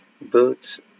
boots